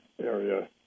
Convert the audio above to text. area